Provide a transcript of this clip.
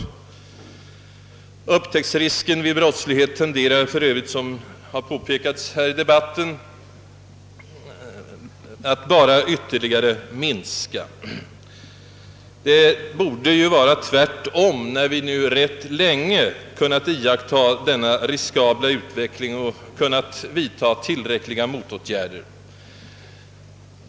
Upptäcktsrisken vid brottslighet tenderar för övrigt, såsom har påpekats här i debatten, att bara ytterligare minska. Det borde ju vara tvärtom när vi nu rätt länge kunnat iaktta denna riskabla utveckling och borde kunnat vidta tillräckliga motåtgärder.